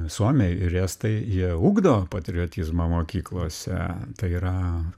suomiai ir estai jie ugdo patriotizmą mokyklose tai yra